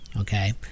Okay